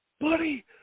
Buddy